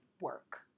work